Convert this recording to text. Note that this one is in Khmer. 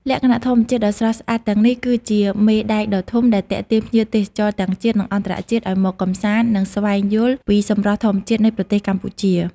លក្ខណៈធម្មជាតិដ៏ស្រស់ស្អាតទាំងនេះ គឺជា មេដែកដ៏ធំ ដែលទាក់ទាញភ្ញៀវទេសចរទាំងជាតិ និងអន្តរជាតិឲ្យមកកម្សាន្ត និងស្វែងយល់ពីសម្រស់ធម្មជាតិនៃប្រទេសកម្ពុជា។